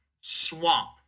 swamp